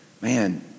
man